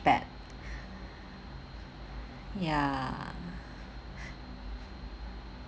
back ya